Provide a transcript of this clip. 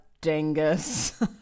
dingus